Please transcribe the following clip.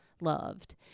loved